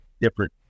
different